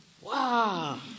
Wow